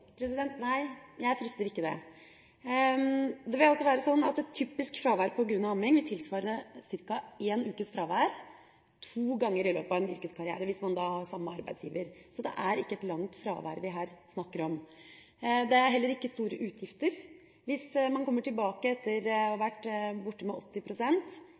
Nei, jeg frykter ikke det. Det vil altså være sånn at et typisk fravær på grunn av amming vil tilsvare ca. én ukes fravær, to ganger i løpet av en yrkeskarriere hvis man har samme arbeidsgiver, så det er ikke et langt fravær vi her snakker om. Det er heller ikke snakk om store utgifter. Hvis man kommer tilbake etter å ha vært borte med